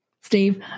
Steve